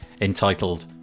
entitled